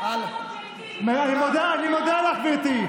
אני מודה לך, גברתי.